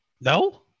no